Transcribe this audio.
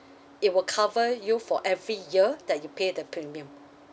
it will cover you for every year that you pay the premium